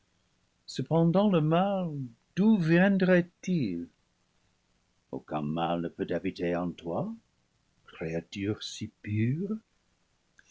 cependant le mal d'où viendrait il aucun mal ne peut habiter en toi